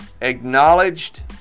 acknowledged